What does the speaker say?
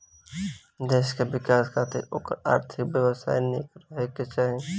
देस कअ विकास खातिर ओकर आर्थिक व्यवस्था निक रहे के चाही